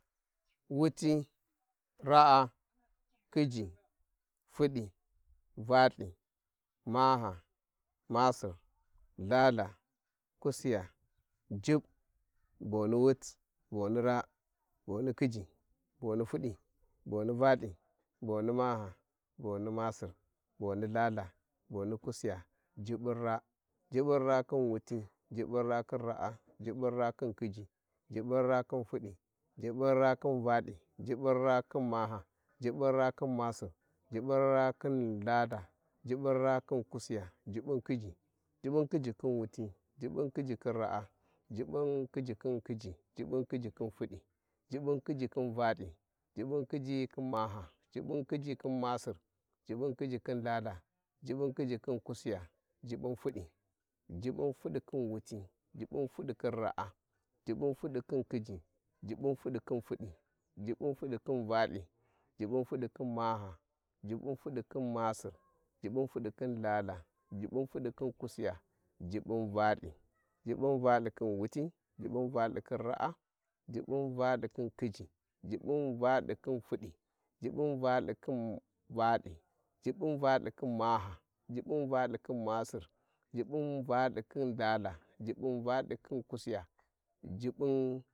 ﻿wuti, ra'a, khiji, fudi, velthi maha masir lhalha kusilya, Jubb, boni wuti boni raa boni khiji boni valthi boni Maha boni masir boni ithaltha, bonikysiya, Jubbun raa, Jubburça khun wuti, Jubbun raa khin raa, gubbun raa khin khiji Jubbunraa khin hidi, Jubbun raa khin val thi, Jubbun raa khin maha, Jubbunraa khin masir Jubbünraa khìn lhalha, Jubbunraa khin kusiya, Jubbun khiji Jubbunkhiji khin wuti, Jubbenkhiji khin raa Jubbun khiji khin kuiji Jubbun khiji knın fudi Jubbun khiji khin valtthi, Jubbun khijikhin maha Jubbun khiji khin masir Jubbun kuiji khin chatka Jubbun kuiji khin kusiya, Jubbun fudi Jubbun fudi khinwuti Jubbunfudikhin raa, Jubbunfudi khin Ichiji Jubbun fudi khinfudi Jubbunfudiknin Valthhi, Jubbunfudikhin maha Jubbunfudi khin Masir Jubbun badikhin Chatka, Jubbunfudi kuin Kusiýa Jubbunvalthi, Jubbun valthikhin wuti Jubbun valthi khin ra'a, Jubbun väl thi khain khiji Jubbun valtic khin fudi, Jubbun valthi khin valthi Jubbun valthi khin maha, Jubbun valthì khìn masir Jubbun valthi khin Chacha, Jubbun valthi khin kusija Jubbun.